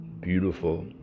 beautiful